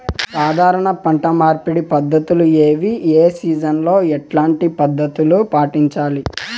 సాధారణ పంట మార్పిడి పద్ధతులు ఏవి? ఏ సీజన్ లో ఎట్లాంటి పద్ధతులు పాటించాలి?